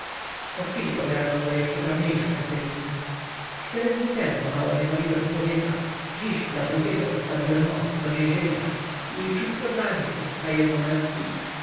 po chwili ogarnął go jeszcze czarniejszy pesymizm cztery dni temu o mało nie zabiłem człowieka dziś dla drugiego postawiłem most do więzienia i wszystko dla niej za jedno merci